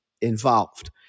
involved